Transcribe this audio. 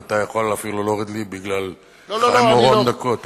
ואתה יכול אפילו להוריד לי בגלל חיים אורון דקות.